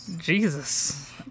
Jesus